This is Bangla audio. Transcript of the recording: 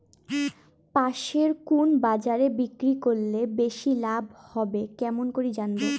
পাশের কুন বাজারে বিক্রি করিলে বেশি লাভ হবে কেমন করি জানবো?